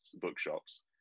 bookshops